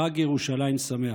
חג ירושלים שמח.